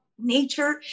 nature